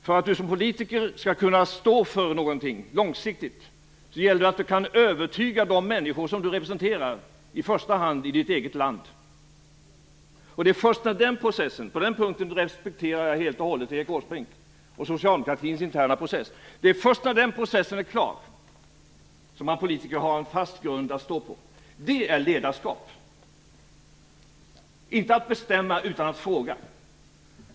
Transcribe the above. För att du som politiker långsiktigt skall kunna stå för någonting gäller det att du kan övertyga de människor som du representerar, i första hand i ditt eget land. Det är först när den processen är klar - på den punkten respekterar jag helt som du som politiker har en fast grund att stå på. Det är ledarskap. Det är inte ledarskap att bestämma utan att fråga.